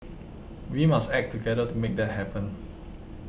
we must act together to make that happen